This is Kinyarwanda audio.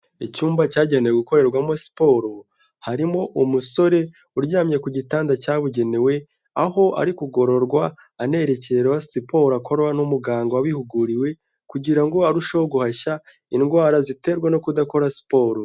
Icyumba cyagenewe gukorerwamo siporo, harimo umusore uryamye ku gitanda cyabugenewe, aho ari kugororwa anerekera siporo akorwa n'umuganga wabihuguriwe, kugira ngo arusheho guhashya, indwara ziterwa no kudakora siporo.